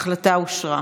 ההחלטה אושרה.